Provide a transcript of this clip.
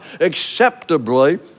acceptably